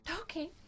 Okay